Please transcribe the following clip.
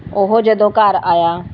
ਉਹ ਜਦੋਂ ਘਰ ਆਇਆ